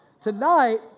tonight